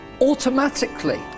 automatically